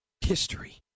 History